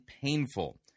painful